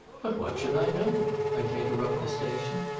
but what should i know? i take her up at the station,